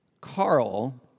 Carl